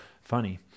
funny